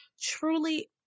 truly